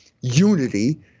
unity